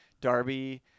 Darby